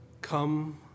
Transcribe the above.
Come